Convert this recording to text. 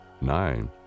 Nine